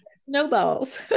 snowballs